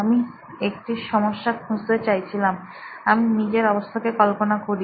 আমি একটি সমস্যা খুঁজতে চাইছিলাম আমি নিজের অবস্থাকে কল্পনা করি